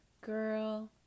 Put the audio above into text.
girl